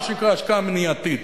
מה שנקרא השקעה מניעתית.